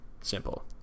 simple